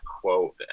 quote